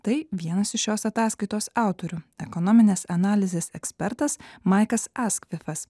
tai vienas iš šios ataskaitos autorių ekonominės analizės ekspertas maikas askvifas